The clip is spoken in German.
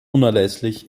unerlässlich